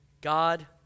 God